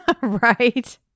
Right